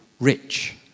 rich